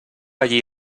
allí